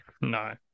No